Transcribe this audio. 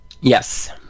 Yes